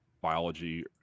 biology